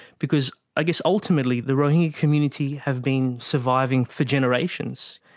because i guess ultimately the rohingya community have been surviving for generations,